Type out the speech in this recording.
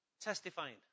Testifying